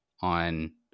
on